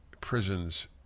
prisons